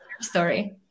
story